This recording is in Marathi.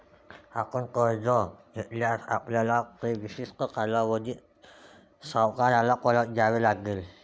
आपण कर्ज घेतल्यास, आपल्याला ते विशिष्ट कालावधीत सावकाराला परत द्यावे लागेल